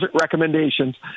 recommendations